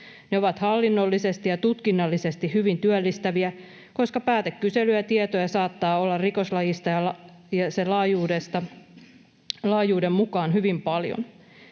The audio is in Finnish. Ne ovat hallinnollisesti ja tutkinnallisesti hyvin työllistäviä, koska päätekyselyjä ja tietoja saattaa olla rikoslajin ja sen laajuuden mukaan hyvin paljon.